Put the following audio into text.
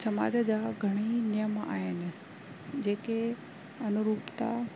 समाज जा घणेई नियम आहिनि जेके अनुरूपता